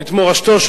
את מורשתו,